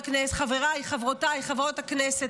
חברותיי חברות הכנסת,